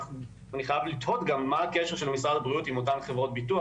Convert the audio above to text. ואני חייב לתהות גם מה הקשר של משרד הבריאות עם אותן חברות ביטוח,